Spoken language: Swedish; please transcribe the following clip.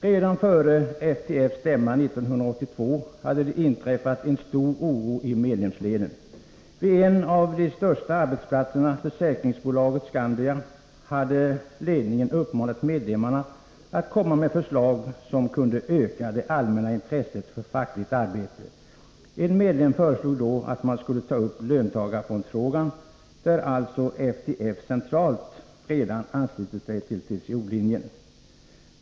Redan före FTF:s stämma 1982 hade det uppstått stor oro i medlemsleden. Vid en av de största arbetsplatserna, försäkringsbolaget Skandia, hade fackföreningsledningen uppmanat medlemmarna att komma med förslag som kunde öka det allmänna intresset för fackligt arbete. En medlem föreslog då att man skulle ta upp löntagarfondsfrågan, där alltså FTF centralt redan anslutit sig till TCO-linjen.